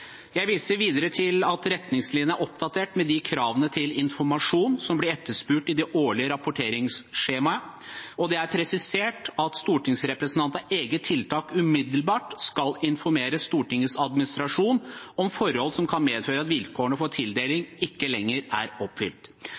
Jeg viser videre til at retningslinjene er oppdatert med de kravene til informasjon som blir etterspurt i det årlige rapporteringsskjemaet, og det er presisert at stortingsrepresentantene av eget tiltak skal «umiddelbart informere Stortingets administrasjon om forhold som kan medføre at vilkårene for tildeling ikke lenger er oppfylt».